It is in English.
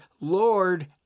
Lord